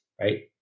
right